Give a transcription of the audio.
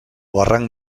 barranc